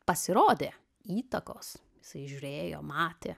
pasirodė įtakos jisai žiūrėjo matė